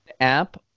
app